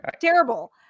terrible